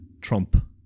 Trump